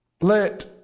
Let